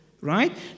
right